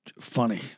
funny